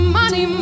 money